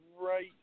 right –